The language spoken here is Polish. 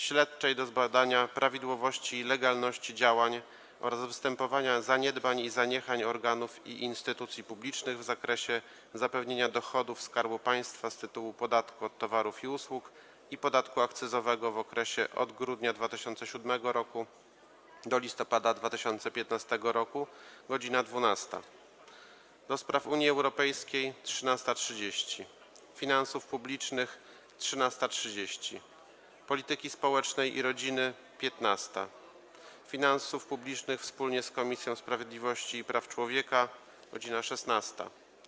Śledczej do zbadania prawidłowości i legalności działań oraz występowania zaniedbań i zaniechań organów i instytucji publicznych w zakresie zapewnienia dochodów Skarbu Państwa z tytułu podatku od towarów i usług i podatku akcyzowego w okresie od grudnia 2007 r. do listopada 2015 r. - godz. 12, - do Spraw Unii Europejskiej - godz. 13.30, - Finansów Publicznych - godz. 13.30, - Polityki Społecznej i Rodziny - godz. 15, - Finansów Publicznych wspólnie z Komisją Sprawiedliwości i Praw Człowieka - godz. 16,